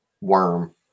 worm